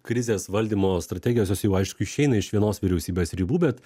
krizės valdymo strategijos jos jau aišku išeina iš vienos vyriausybės ribų bet